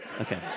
Okay